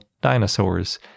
dinosaurs